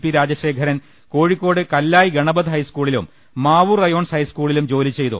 P Rajasekharan Kozhikode Kallai Ganapath ഹൈസ്കൂ ളിലും Mavoor Rayons ഹൈസ്കൂളിലും ജോലി ചെയ്തു